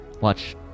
watch